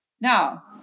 Now